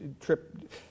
trip